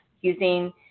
using